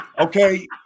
Okay